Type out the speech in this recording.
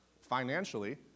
Financially